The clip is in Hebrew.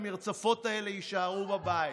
המרצפות האלה יישארו בבית.